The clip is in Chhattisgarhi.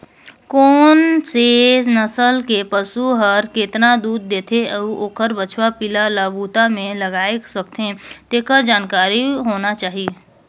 कोन से नसल के पसु हर केतना दूद देथे अउ ओखर बछवा पिला ल बूता में लगाय सकथें, तेखर जानकारी होना चाही